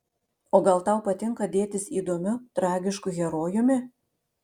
o gal tau patinka dėtis įdomiu tragišku herojumi